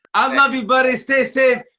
i love you, buddy. stay safe.